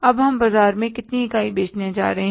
अब हम बाजार में कितनी इकाई बेचने जा रहे हैं